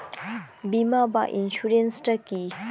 বিমা বা ইন্সুরেন্স টা কি?